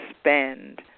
spend